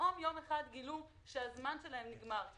ופתאום יום אחד גילו שהזמן שלהם נגמר.